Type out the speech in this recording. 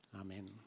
Amen